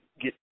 get